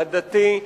עדתי,